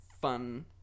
fun